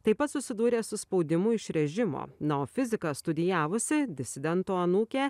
taip pat susidūrė su spaudimu iš režimo na o fiziką studijavusi disidento anūkė